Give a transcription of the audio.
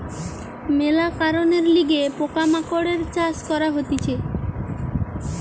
মেলা কারণের লিগে পোকা মাকড়ের চাষ করা হতিছে